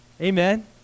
Amen